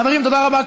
חברים, תודה רבה.